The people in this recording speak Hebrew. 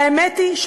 והאמת היא,